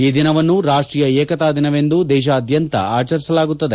ಈ ದಿನವನ್ನು ರಾಷ್ಟೀಯ ಏಕತಾ ದಿನವೆಂದೂ ದೇಶದಾದ್ಯಂತ ಆಚರಿಸಲಾಗುತ್ತದೆ